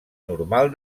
normal